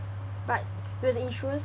but will the insurance